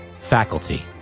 Faculty